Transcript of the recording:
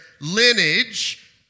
lineage